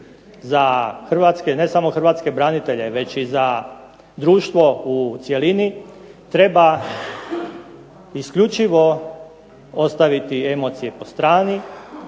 za hrvatske, ne samo hrvatske branitelje, već i za društvo u cjelini, treba isključivo ostaviti emocije po strani,